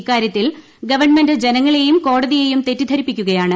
ഇക്കാര്യത്തിൽ ഗവൺമെന്റ് ജനങ്ങളെയും കോടതിയെയും തെറ്റിദ്ധരിപ്പിക്കുകയാണ്